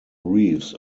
reefs